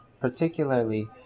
Particularly